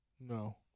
No